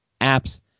apps